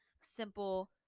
simple